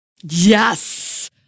Yes